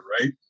right